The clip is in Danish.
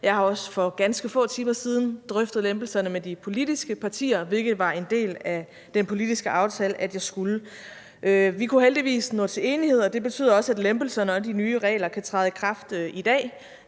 Jeg har også for ganske få timer siden drøftet lempelserne med de politiske partier, hvilket var en del af den politiske aftale at jeg skulle. Vi kunne heldigvis nå til enighed, og det betyder også, at lempelserne og de nye regler kan træde i kraft i dag.